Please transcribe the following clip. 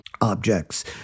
objects